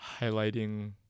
highlighting